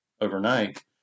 overnight